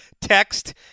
text